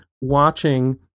watching